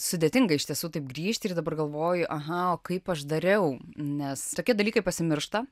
sudėtinga iš tiesų taip grįžti ir dabar galvoju aha kaip aš dariau nes tokie dalykai pasimiršta